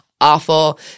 awful